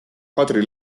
kadri